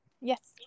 Yes